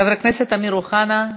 חבר הכנסת אמיר אוחנה,